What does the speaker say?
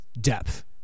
depth